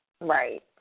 Right